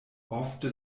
ofte